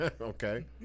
okay